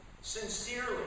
Sincerely